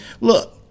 look